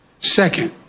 Second